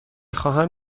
خواهم